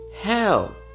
hell